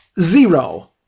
Zero